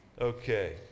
Okay